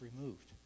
removed